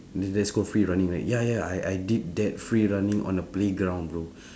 t~ that's called free running right ya ya I I did that free running on a playground bro